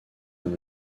d’un